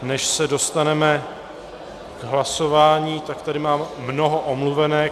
Než se dostaneme k hlasování, tak tady mám mnoho omluvenek.